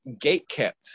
gate-kept